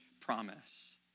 promise